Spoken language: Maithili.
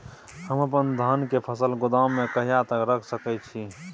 हम अपन धान के फसल गोदाम में कहिया तक रख सकैय छी?